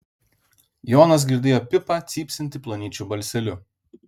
jonas girdėjo pipą cypsintį plonyčiu balseliu